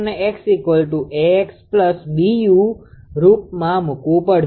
આનો અર્થ એ છે કે આ સમીકરણને આપણે 𝑥̇ 𝐴𝑥 𝐵𝑢 Γ𝑝 રૂપમાં લખવું પડશે આ Γ𝑝 આ રીતે તમારે આ સમીકરણ લખવું પડશે